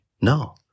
No